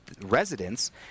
residents